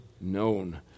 known